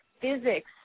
physics